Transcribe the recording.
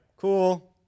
cool